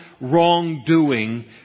wrongdoing